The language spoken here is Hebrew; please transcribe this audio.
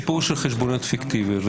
סיפור של חשבוניות פיקטיביות,